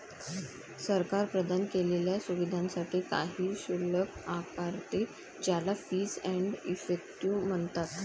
सरकार प्रदान केलेल्या सुविधांसाठी काही शुल्क आकारते, ज्याला फीस एंड इफेक्टिव म्हणतात